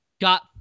got